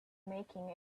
making